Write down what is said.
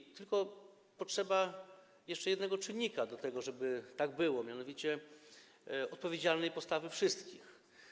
I tylko potrzeba jeszcze jednego czynnika do tego, żeby tak było, mianowicie odpowiedzialnej postawy wszystkich.